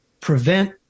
prevent